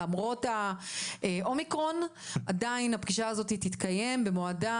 שלמרות האומיקרון עדיין הפגישה הזאת תתקיים במועדה,